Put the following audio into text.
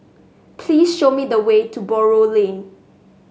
please show me the way to Buroh Lane